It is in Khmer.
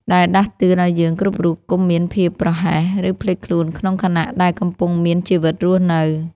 ដែលដាស់តឿនឱ្យយើងគ្រប់រូបកុំមានភាពប្រហែស ឬភ្លេចខ្លួនក្នុងខណៈដែលកំពុងមានជីវិតរស់នៅ។